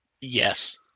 Yes